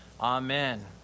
Amen